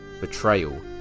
betrayal